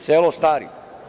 Selo stari.